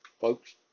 Folks